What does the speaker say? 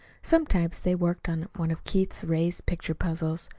sometimes they worked on one of keith's raised picture puzzles.